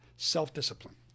self-discipline